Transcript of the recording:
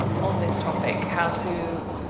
on this topic, how to,